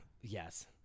Yes